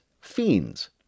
Fiends